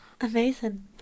Amazing